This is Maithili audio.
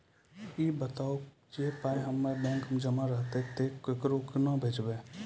ई बताऊ जे पाय हमर बैंक मे जमा रहतै तऽ ककरो कूना भेजबै?